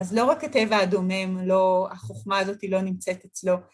אז לא רק הטבע הדומם, החוכמה הזאת לא נמצאת אצלו.